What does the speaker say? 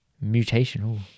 Mutation